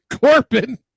Corbin